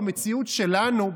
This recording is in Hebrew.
במציאות שלנו,